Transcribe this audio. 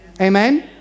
Amen